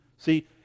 See